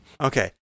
Okay